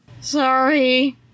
Sorry